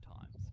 times